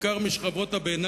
בעיקר משכבות הביניים,